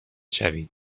شوید